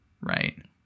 right